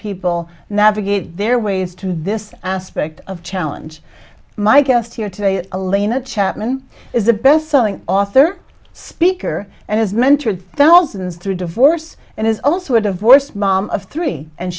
people navigate their ways to this aspect of challenge my guest here today elaina chapman is a bestselling author speaker and his mentor thousands through divorce and is also a divorced mom of three and